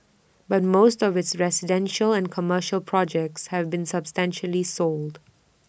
but most of its residential and commercial projects have been substantially sold